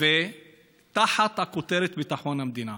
תחת הכותרת "ביטחון המדינה".